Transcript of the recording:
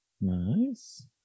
Nice